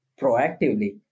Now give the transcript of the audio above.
proactively